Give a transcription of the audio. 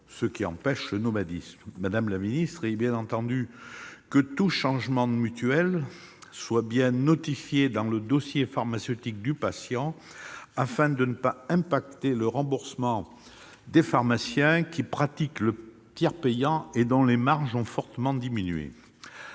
de prévenir le nomadisme. Madame la ministre, il est prévu que tout changement de mutuelle soit bien notifié dans le dossier pharmaceutique du patient, afin de ne pas affecter le remboursement des pharmaciens qui pratiquent le tiers payant et dont les marges ont fortement diminué.